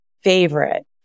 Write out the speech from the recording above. favorite